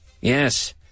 Yes